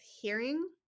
hearing